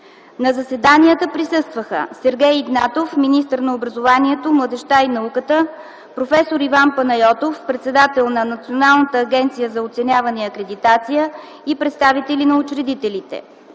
На заседанията присъстваха: Сергей Игнатов - министър на образованието, младежта и науката, проф. Иван Панайотов – председател на Националната агенция за оценяване и акредитация, и представители на учредителите.